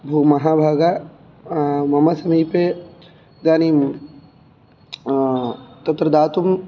भोः महाभाग मम समीपे इदानीं तत्र दातुं